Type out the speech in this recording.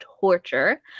torture